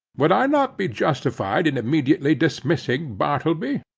would i not be justified in immediately dismissing bartleby?